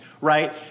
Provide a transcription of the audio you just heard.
right